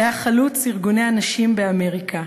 שהיה חלוץ ארגוני הנשים באמריקה.